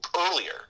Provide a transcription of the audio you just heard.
earlier